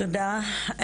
תודה.